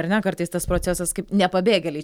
ar ne kartais tas procesas kaip ne pabėgėliai